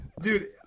dude